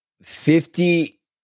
Fifty